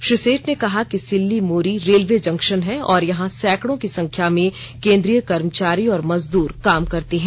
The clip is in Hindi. श्री सेठ ने कहा कि सिल्ली मुरी रेलवे जंक्शन है और यहां सैकड़ों की संख्या में केंद्रीय कर्मचारी और मजदूर काम करते है